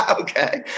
Okay